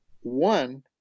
One